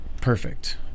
perfect